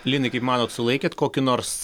linai kaip manot sulaikėt kokį nors